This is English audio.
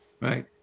Right